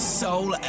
soul